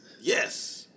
Yes